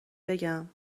بگم